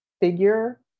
figure